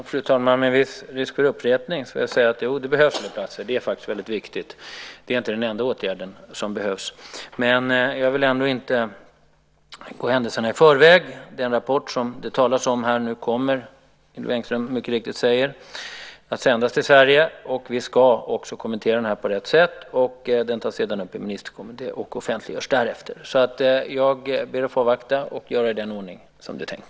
Fru talman! Med risk för viss upprepning vill jag säga att det behövs fler platser. Det är väldigt viktigt. Det är inte den enda åtgärd som behöver vidtas. Men jag vill inte gå händelserna i förväg. Den rapport som det talas om här kommer, som Hillevi Engström mycket riktigt säger, att sändas till Sverige, och vi ska kommentera den på rätt sätt. Den tas sedan upp i ministerkommittén och offentliggörs därefter. Jag ber att få avvakta och agera i den ordning som det är tänkt.